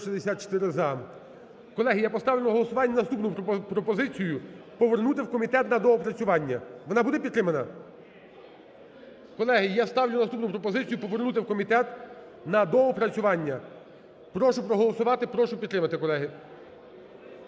голосування наступну пропозицію повернути в комітет на доопрацювання. Вона буде підтримана? Колеги, я ставлю наступну пропозицію повернути в комітет на доопрацювання. Прошу проголосувати, прошу підтримати, колеги.